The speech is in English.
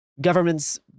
governments